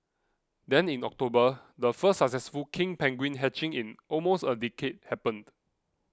then in October the first successful king penguin hatching in almost a decade happened